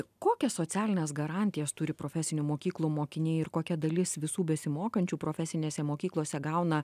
kokias socialines garantijas turi profesinių mokyklų mokiniai ir kokia dalis visų besimokančių profesinėse mokyklose gauna